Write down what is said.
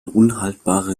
unhaltbare